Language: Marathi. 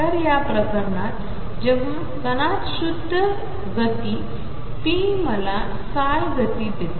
तर या प्रकरणात जेव्हा कणात शुद्ध गती p मला ψ गती देते